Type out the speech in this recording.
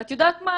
ואת יודעת מה,